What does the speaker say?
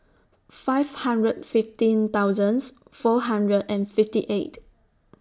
five hundred fifteen thousands four hundred and fifty eight